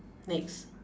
next